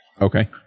okay